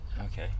Okay